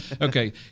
Okay